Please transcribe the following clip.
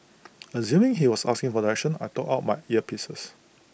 assuming he was asking for directions I took out my earpieces